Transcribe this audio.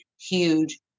huge